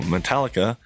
Metallica